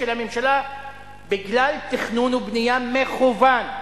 של הממשלה בגלל תכנון ובנייה מכוון.